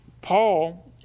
Paul